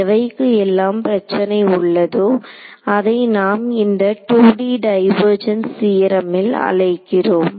எவைக்கு எல்லாம் பிரச்சனை உள்ளதோ அதை நாம் இந்த 2D டைவர்ஜென்ஸ் தியரமில் அழைக்கிறோம்